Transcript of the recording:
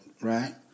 Right